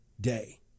day